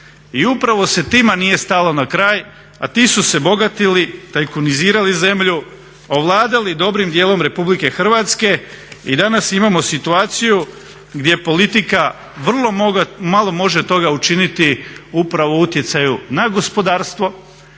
i upravo se tima nije stalo na kraj, a ti su se bogatili, tajkunizirali zemlju, ovladali dobrim dijelom RH i danas imamo situaciju gdje politika vrlo malo može toga učiniti upravo u utjecaju na gospodarstvo.